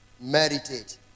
Meditate